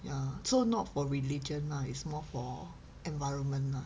ya so not for religion lah it's more for environment lah